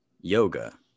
yoga